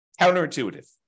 Counterintuitive